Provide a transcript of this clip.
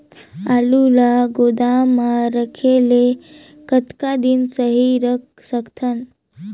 आलू ल गोदाम म रखे ले कतका दिन सही रख सकथन?